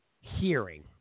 hearing